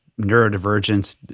neurodivergence